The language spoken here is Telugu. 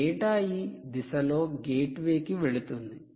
డేటా ఈ దిశలో గేట్వే కి వెళుతుంది